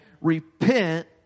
Repent